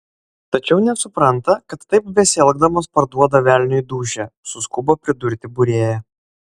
tačiau nesupranta kad taip besielgdamos parduoda velniui dūšią suskubo pridurti būrėja